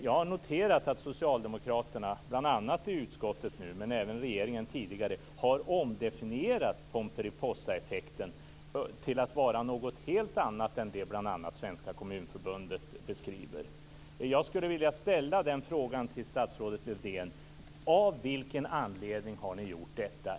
Jag har noterat att socialdemokraterna bl.a. i utskottet, men även tidigare i regeringen, har omdefinierat Pomperipossaeffekten till att vara något helt annat än det bl.a. Svenska komunförbundet beskriver. Jag skulle vilja ställa en fråga till statsrådet Lövdén. Av vilken anledning har ni gjort detta?